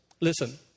Listen